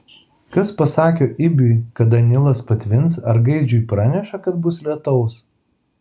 kas pasako ibiui kada nilas patvins ar gaidžiui praneša kad bus lietaus